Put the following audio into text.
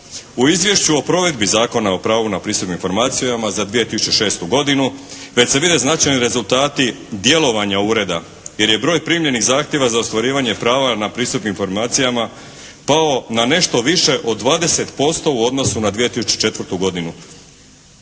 U izvješću o provedbi Zakona o pravu na pristup informacijama za 2006. godinu već se vide značajni rezultati djelovanja ureda jer je broj primljenih zahtjeva za ostvarivanje prava na pristup informacijama pao na nešto više od 20% u odnosu na 2004. godinu.